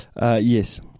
Yes